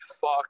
fuck